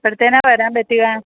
എപ്പോഴത്തേക്കാണ് വരാന് പറ്റുക